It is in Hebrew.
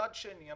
מצד שני,